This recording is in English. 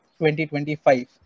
2025